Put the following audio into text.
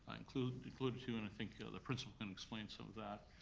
included included too, and i think the principal can explain some of that.